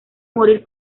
morir